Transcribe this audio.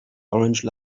orange